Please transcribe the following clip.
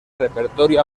repertorio